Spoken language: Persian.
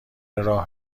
راه